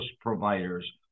providers